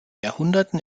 jahrhunderten